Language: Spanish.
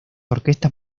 orquestas